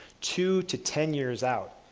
two to ten years out.